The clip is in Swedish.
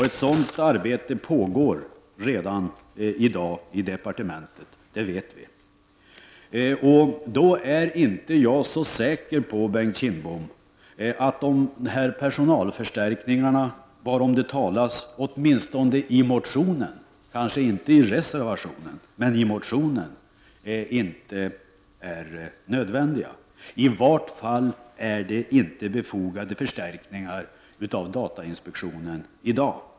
Ett sådant arbete pågår redan i departementet. Jag är därför inte så säker på att de personalförstärkningar som det talas om i motionen, men inte i reservationen, är nödvändiga. I varje fall är det inte befogade förstärkningar i dag.